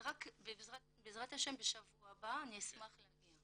בעזרת השם בשבוע הבא אשמח להגיע.